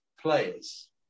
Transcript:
players